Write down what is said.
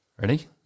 Ready